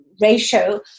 ratio